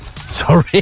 Sorry